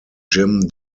jim